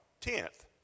Tenth